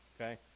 okay